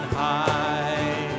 high